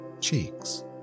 cheeks